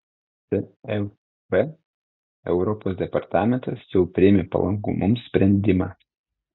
tvf europos departamentas jau priėmė palankų mums sprendimą